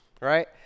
right